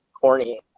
corny